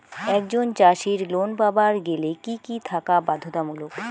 একজন চাষীর লোন পাবার গেলে কি কি থাকা বাধ্যতামূলক?